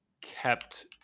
kept